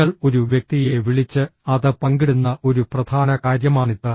നിങ്ങൾ ഒരു വ്യക്തിയെ വിളിച്ച് അത് പങ്കിടുന്ന ഒരു പ്രധാന കാര്യമാണിത്